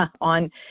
on